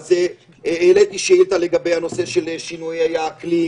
אז העליתי שאילתה לגבי הנושא של שינויי האקלים.